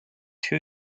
two